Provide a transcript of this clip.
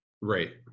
Right